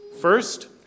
First